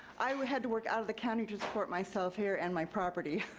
i would had to work out of the county to support myself here and my property,